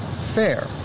fair